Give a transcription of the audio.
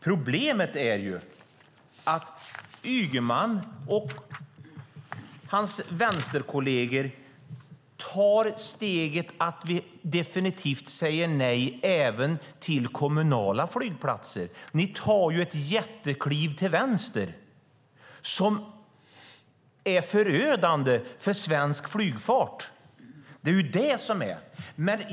Problemet är att Ygeman och hans vänsterkolleger tar steget att definitivt säga nej även till kommunala flygplatser. Ni tar ett jättekliv till vänster som är förödande för svensk flygfart.